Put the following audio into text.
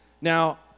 Now